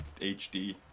HD